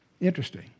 Interesting